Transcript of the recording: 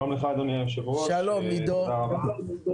שלום לך אדוני היושב ראש, תודה רבה.